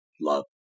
love